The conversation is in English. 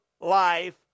life